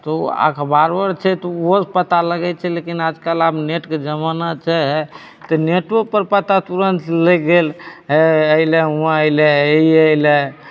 तऽ ओ अखबारो आर छै तऽ ओहो पता लगैत छै लेकिन आज कल आब नेटके जमाना छै तऽ नेटो पर पता तुरत लगि गेल हँ अयलै हुआँ अयलै ई अयलै